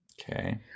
Okay